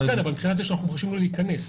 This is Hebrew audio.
מבחינת זה שאנחנו מרשים לו להיכנס.